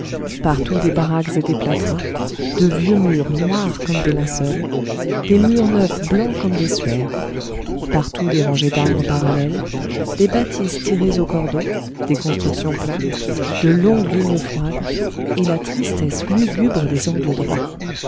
partout des baraques et des plâtras de vieux murs noirs comme des linceuls des murs neufs blancs comme des suaires partout des rangées d'arbres parallèles des bâtisses tirées au cordeau des constructions plates de longues lignes froides et la tristesse lugubre des angles droits